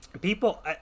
People –